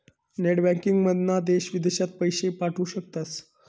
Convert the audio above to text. net बँकिंगमधना देश विदेशात पैशे पाठवू शकतास